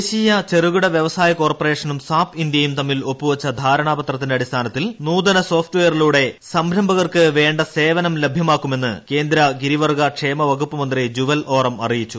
ദേശീയ ചെറുകിട വൃവസായി കോർപ്പറേഷനും സാപ് ഇന്ത്യയും തമ്മിൽ ഒപ്പുവച്ച ധാരണാപ്ത്രത്തിന്റെ അടിസ്ഥാനത്തിൽ നൂതന സോഫ്റ്റ്വെയറിലൂടെ സംരംഭകർക്ക് വേണ്ട സേവനം ലഭ്യമാക്കുമെന്ന് കേന്ദ്ര ഗിരിവർഗ്ഗക്ഷേമ വകുപ്പ് മന്ത്രി ജുവൽ ഒറം അറിയിച്ചു